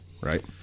right